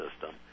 system